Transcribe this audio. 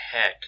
heck